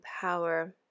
power